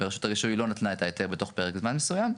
ורשות הרישוי לא נתנה את ההיתר בתוך פרק זמן מסוים,